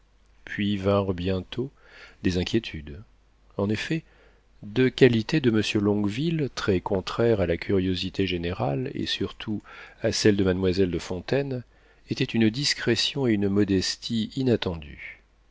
puis vinrent bientôt des inquiétudes en effet deux qualités de monsieur longueville très contraires à la curiosité générale et surtout à celle de mademoiselle de fontaine étaient une discrétion et une modestie inattendues